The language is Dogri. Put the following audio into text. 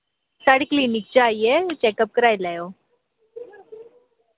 साढ़ी क्लिनिक च आइयै चैक अप कराई लैयो